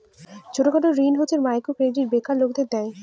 ছোট খাটো ঋণ হচ্ছে মাইক্রো ক্রেডিট বেকার লোকদের দেয়